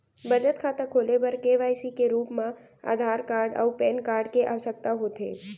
बचत खाता खोले बर के.वाइ.सी के रूप मा आधार कार्ड अऊ पैन कार्ड के आवसकता होथे